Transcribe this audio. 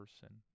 person